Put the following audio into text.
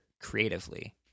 creatively